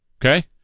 okay